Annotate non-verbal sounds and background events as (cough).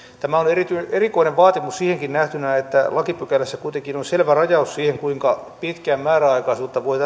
tämä on erikoinen vaatimus siihenkin nähtynä että lakipykälässä kuitenkin on selvä rajaus siitä kuinka pitkään määräaikaisuutta voi (unintelligible)